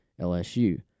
LSU